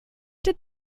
did